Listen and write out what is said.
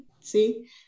see